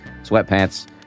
sweatpants